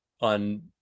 on